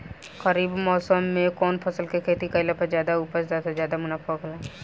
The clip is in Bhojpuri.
खरीफ़ मौसम में कउन फसल के खेती कइला पर ज्यादा उपज तथा ज्यादा मुनाफा होखेला?